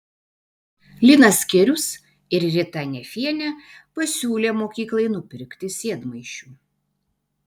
linas skierius ir rita nefienė pasiūlė mokyklai nupirkti sėdmaišių